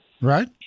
Right